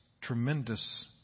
tremendous